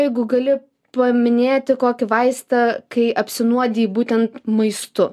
jeigu gali paminėti kokį vaistą kai apsinuodiji būtent maistu